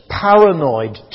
paranoid